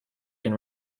can